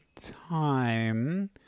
time